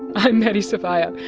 i'm maddie sofia,